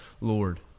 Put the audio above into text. Lord